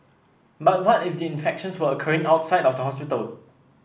but what if the infections were occurring outside of the hospital